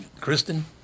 Kristen